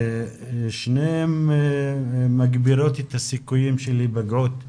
שני הדברים מגבירים את הסיכויים להיפגעות ילדים.